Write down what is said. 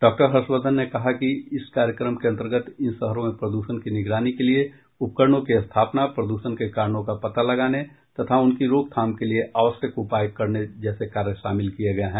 doctor Harshvardhan ने कहा कि इस कार्यक्रम के अंतर्गत इन शहरों में प्रदूषण की निगरानी के लिए उपकरणों की स्थापना प्रदूषण के कारणों का पता लगाने तथा उनकी रोकथाम के लिए आवश्यक उपाय करने जैसे कार्य शामिल किये गये हैं